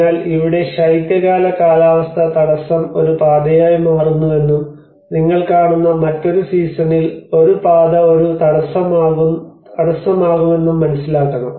അതിനാൽ ഇവിടെ ശൈത്യകാല കാലാവസ്ഥ തടസ്സം ഒരു പാതയായി മാറുന്നുവെന്നും നിങ്ങൾ കാണുന്ന മറ്റൊരു സീസണിൽ ഒരു പാത ഒരു തടസ്സമാകുമെന്നും മനസ്സിലാക്കണം